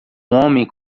homem